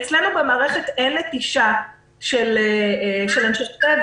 אצלנו במערכת אין נטישה של אנשי צוות,